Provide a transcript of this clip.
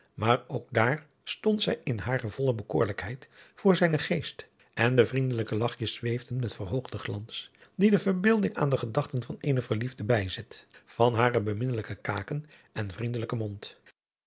maar ook daar stond zij in hare volle bekoorlijkheid voor zijnen geest en de vriendelijke lachjes zweefden met verhoogden glans dien de verbeelding aan de gedachten van eenen verliefden bijzet van hare beminnelijke kaken en vriendelijken mond